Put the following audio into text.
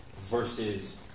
versus